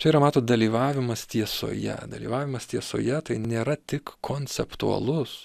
čia yra matot dalyvavimas tiesoje dalyvavimas tiesoje tai nėra tik konceptualus